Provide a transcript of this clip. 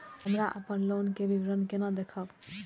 हमरा अपन लोन के विवरण केना देखब?